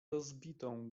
rozbitą